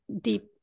deep